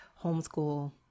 homeschool